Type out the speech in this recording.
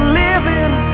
living